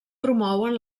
promouen